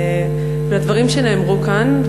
לדברים שנאמרו כאן.